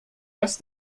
dass